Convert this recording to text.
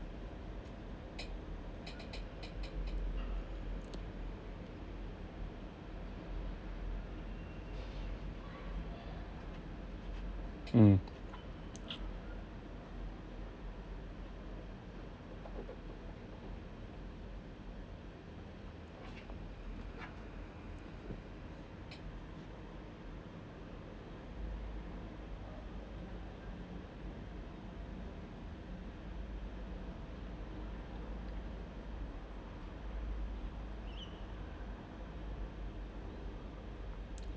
mm